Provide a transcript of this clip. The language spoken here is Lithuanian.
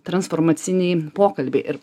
transformaciniai pokalbiai ir